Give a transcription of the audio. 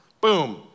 boom